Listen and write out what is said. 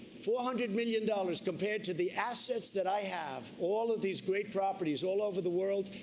four hundred million dollars compared to the assets that i have, all of these great properties, all over the world,